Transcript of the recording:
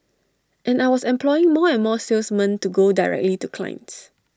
and I was employing more and more salesmen to go directly to clients